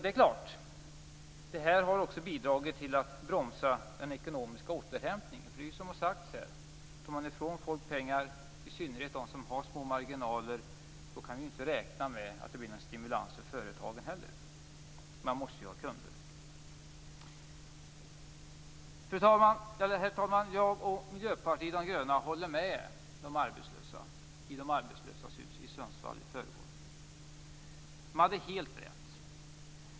Det är klart att detta har bidragit till att bromsa den ekonomiska återhämtningen, för det är ju så, som har sagts här, att tar man ifrån folk pengar - i synnerhet de som har små marginaler - kan man inte heller räkna med att det blir en stimulans för företagen. Herr talman! Jag och Miljöpartiet de gröna håller med de arbetslösa i De arbetslösas hus i Sundsvall.